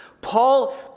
Paul